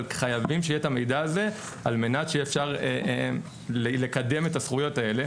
אבל חייבים שיהיה את המידע הזה על מנת שיהיה אפשר לקדם את הזכויות האלה.